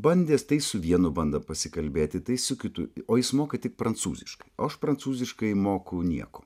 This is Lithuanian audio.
bandęs tai su vienu bando pasikalbėti tai su kitu o jis moka tik prancūziškai o aš prancūziškai moku nieko